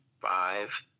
five